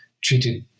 treated